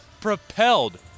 propelled